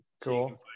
cool